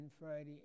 Friday